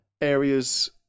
areas